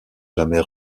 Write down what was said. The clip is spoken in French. jamais